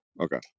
Okay